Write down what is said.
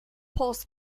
post